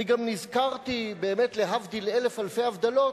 אני גם נזכרתי, באמת להבדיל אלף אלפי הבדלות,